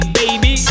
baby